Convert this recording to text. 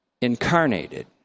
incarnated